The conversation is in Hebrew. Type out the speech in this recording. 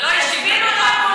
זה לא אישי נגדך,